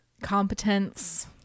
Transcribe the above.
competence